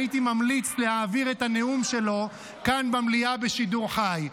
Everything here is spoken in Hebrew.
הייתי ממליץ להעביר את הנאום שלו כאן במליאה בשידור חי.